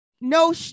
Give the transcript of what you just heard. No